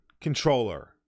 controller